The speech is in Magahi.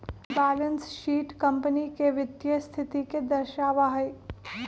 बैलेंस शीट कंपनी के वित्तीय स्थिति के दर्शावा हई